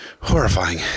Horrifying